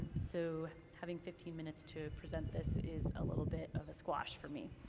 so having fifteen minutes to present this is a little bit of a squash for me.